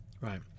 right